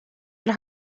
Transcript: had